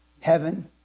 heaven